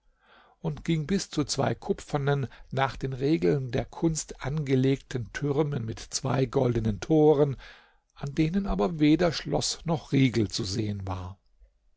und ging bis zu zwei kupfernen nach den regeln der kunst angelegten türmen mit zwei goldenen toren an denen aber weder schloß noch riegel zu sehen war